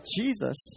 Jesus